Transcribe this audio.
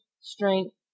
strength